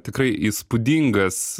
tikrai įspūdingas